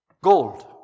Gold